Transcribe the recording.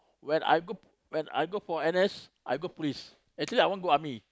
when I go p~ when I go for N_S I got police actually I want go army